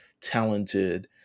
talented